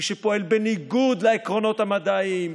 מי שפועל בניגוד לעקרונות המדעיים,